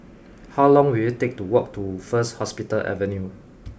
how long will it take to walk to First Hospital Avenue